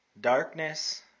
Darkness